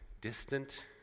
distant